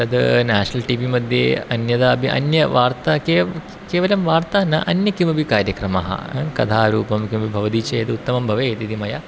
तत् national T V मध्ये अन्यदापि अन्यवार्ताः केवलं केवलं वार्ता न अन्यत् किमपि कार्यक्रमः अ कथारूपं किमपि भवति चेत् उत्तमं भवेत् इति मया